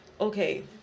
Okay